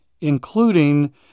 including